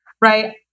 right